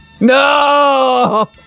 No